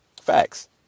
Facts